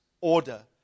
order